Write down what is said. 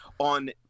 on